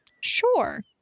Sure